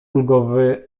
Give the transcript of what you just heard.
ulgowy